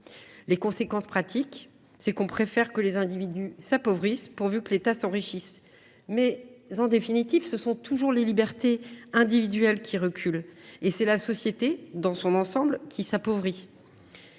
Les conséquences pratiques, c’est que l’on préfère que les individus s’appauvrissent, pourvu que l’État s’enrichisse. Mais, en définitive, ce sont toujours les libertés individuelles qui reculent. Et c’est la société dans son ensemble qui s’appauvrit,